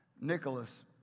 Nicholas